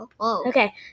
Okay